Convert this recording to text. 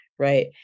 Right